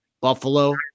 Buffalo